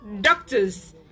Doctors